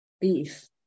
Beef